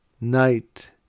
night